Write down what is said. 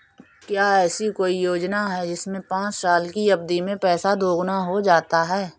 क्या ऐसी कोई योजना है जिसमें पाँच साल की अवधि में पैसा दोगुना हो जाता है?